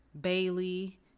bailey